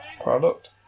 Product